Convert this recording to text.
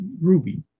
Ruby